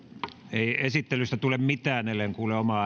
ei esittelystä tule mitään ellen kuule omaa